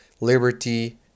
liberty